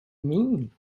mean